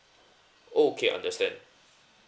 okay understand